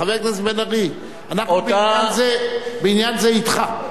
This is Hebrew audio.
חבר הכנסת בן-ארי, אנחנו בעניין זה אתך.